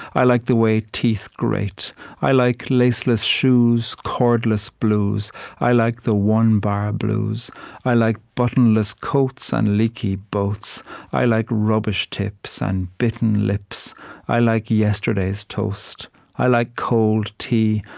i like the way teeth grate i like laceless shoes cordless blues i like the one-bar blues i like buttonless coats and leaky boats i like rubbish tips and bitten lips i like yesterday's toast i like cold tea,